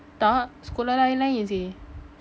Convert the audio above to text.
tak sekolah lain-lain seh